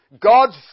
God's